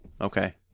okay